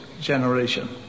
generation